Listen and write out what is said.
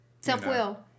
Self-will